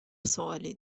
سوالی